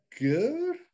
good